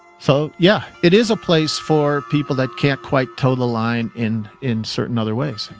so yeah it is a place for people that can't quite toe the line in in certain other ways.